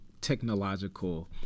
technological